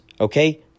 Okay